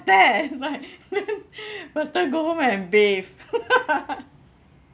that like faster go home and bathe